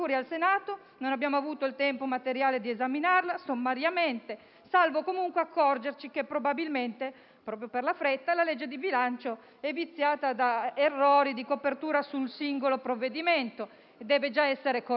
Non abbiamo avuto il tempo materiale di esaminarla, sommariamente, salvo comunque accorgerci che, probabilmente, proprio per la fretta, la legge di bilancio è viziata da errori di copertura su un singolo provvedimento e deve già essere corretta.